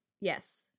Yes